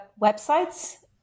websites